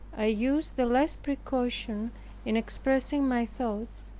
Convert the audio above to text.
i used the less precaution in expressing my thoughts,